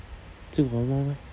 still got one more meh